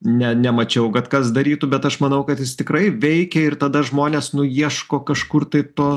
ne nemačiau kad kas darytų bet aš manau kad jis tikrai veikia ir tada žmonės nu ieško kažkur tai to